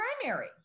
primary